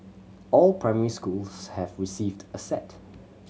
all primary schools have received a set